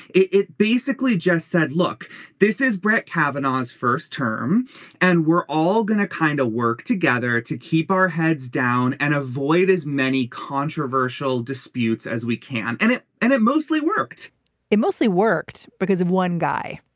it it basically just said look this is brett kavanaugh his first term and we're all going to kind of work together to keep our heads down and avoid as many controversial disputes as we can. and it and it mostly worked it mostly worked because of one guy.